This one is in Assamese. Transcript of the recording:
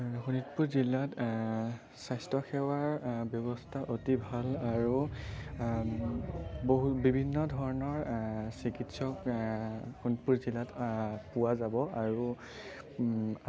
শোণিতপুৰ জিলাত স্বাস্থ্য় সেৱাৰ ব্য়ৱস্থা অতি ভাল আৰু বহু বিভিন্ন ধৰণৰ চিকিৎসক শোণিতপুৰ জিলাত পোৱা যাব আৰু